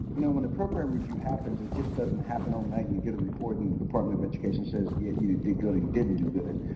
you know when a program review happens it just doesn't happen overnight and you get a report, and the department of education says you yeah you did did good, or you didn't do good.